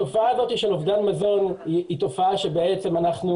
התופעה הזאת של אובדן מזון היא תופעה שבעצם אנחנו